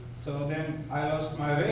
so then, i lost my